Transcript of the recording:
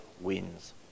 wins